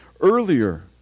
earlier